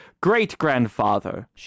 great-grandfather